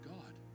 God